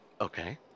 Okay